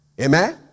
Amen